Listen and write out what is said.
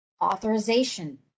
authorization